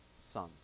son